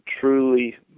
truly